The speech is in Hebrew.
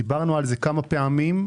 דיברנו על כך כמה פעמים,